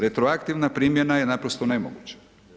Retroaktivna primjena je naprosto nemoguća.